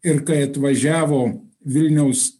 ir kai atvažiavo vilniaus